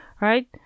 right